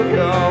go